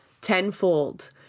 tenfold